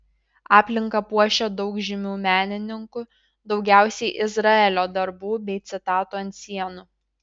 aplinką puošia daug žymių menininkų daugiausiai izraelio darbų bei citatų ant sienų